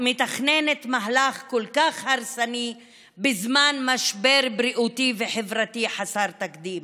מתכננת מהלך כל כך הרסני בזמן משבר בריאותי וחברתי חסר תקדים